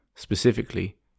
specifically